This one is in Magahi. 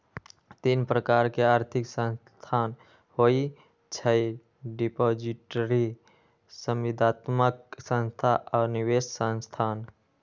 तीन प्रकार के आर्थिक संस्थान होइ छइ डिपॉजिटरी, संविदात्मक संस्था आऽ निवेश संस्थान